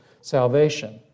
salvation